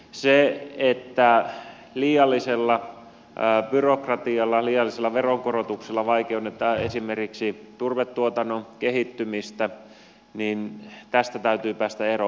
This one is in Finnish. siitä että liiallisella byrokratialla liiallisilla veronkorotuksilla vaikeutetaan esimerkiksi turvetuotannon kehittymistä täytyy päästä eroon